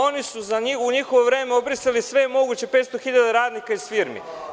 Oni su u njihovo vreme obrisali sve moguće, 500.000 radnika iz firmi.